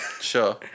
sure